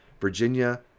Virginia